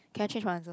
can I change my answer